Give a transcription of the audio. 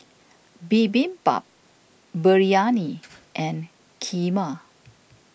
Bibimbap Biryani and Kheema